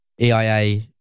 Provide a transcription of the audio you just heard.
EIA